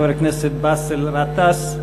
חבר הכנסת באסל גטאס.